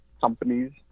companies